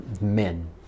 men